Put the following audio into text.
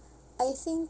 I think